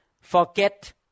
Forget